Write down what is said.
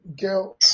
girl